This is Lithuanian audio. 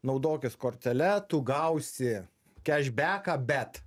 naudokis kortele tu gausi kiašbeką bet